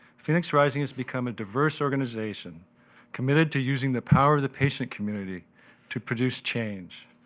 phoenix rising has become a diverse organization committed to using the power of the patient community to produce change.